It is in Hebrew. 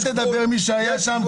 אל תדבר על מי שהיה שם,